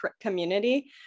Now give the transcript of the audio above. community